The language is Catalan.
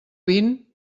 vint